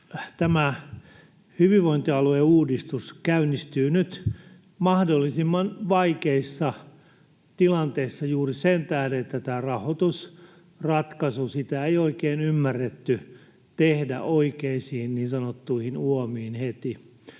Tämä hyvinvointialueuudistus käynnistyy nyt mahdollisimman vaikeissa tilanteissa juuri sen tähden, että tätä rahoitusratkaisua ei oikein ymmärretty tehdä oikeisiin niin sanottuihin uomiin heti.